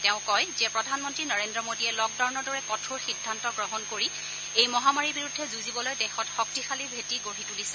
তেওঁ কয় যে প্ৰধানমন্ত্ৰী নৰেন্দ্ৰ মোদীয়ে লকডাউনৰ দৰে কঠোৰ সিদ্ধান্ত গ্ৰহণ কৰি এই মহামাৰীৰ বিৰুদ্ধে যুঁজিবলৈ দেশত শক্তিশালী ভেটি গঢ়ি তুলিছে